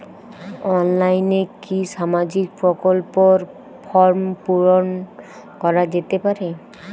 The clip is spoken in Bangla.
অনলাইনে কি সামাজিক প্রকল্পর ফর্ম পূর্ন করা যেতে পারে?